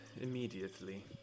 immediately